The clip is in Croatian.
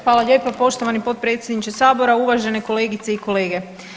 Hvala lijepa poštovani potpredsjedniče Sabora, uvažene kolegice i kolege.